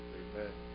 amen